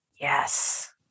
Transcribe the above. Yes